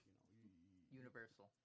Universal